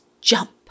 jump